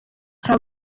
cya